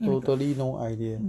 totally no idea